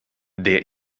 der